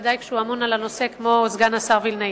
בוודאי כשהוא אמון על הנושא, כמו סגן השר וילנאי.